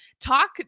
Talk